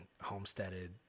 homesteaded